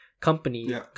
company